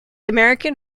american